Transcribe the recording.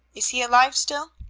is he alive still?